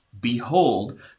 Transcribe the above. Behold